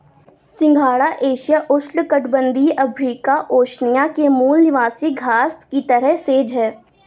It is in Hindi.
सिंघाड़ा एशिया, उष्णकटिबंधीय अफ्रीका, ओशिनिया के मूल निवासी घास की तरह सेज है